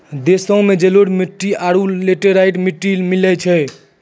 देशो मे जलोढ़ मट्टी आरु लेटेराइट मट्टी मिलै छै